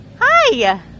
hi